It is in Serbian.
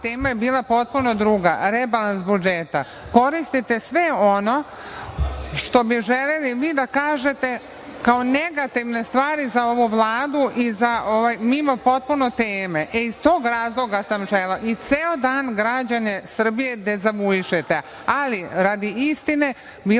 tema je bila potpuno druga – rebalans budžeta. Koristite sve ono što bi želeli vi da kažete kao negativne stvari za ovu Vladu mimo potpuno teme. Iz tog razloga sam rekla. Ceo dan građane Srbije dezavuišete. Radi istine,